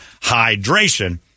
Hydration